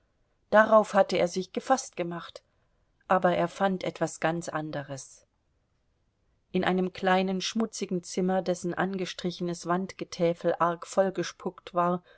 darauf hatte er sich gefaßt gemacht aber er fand etwas ganz anderes in einem kleinen schmutzigen zimmer dessen angestrichenes wandgetäfel arg vollgespuckt war